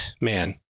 man